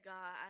God